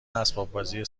اسباببازی